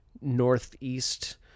Northeast